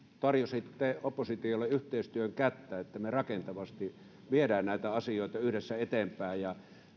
tarjositte oppositiolle yhteistyön kättä että me rakentavasti viemme näitä asioita yhdessä eteenpäin ja